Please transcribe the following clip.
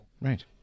Right